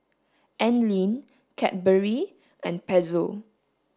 Anlene Cadbury and Pezzo